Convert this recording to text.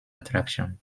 attraction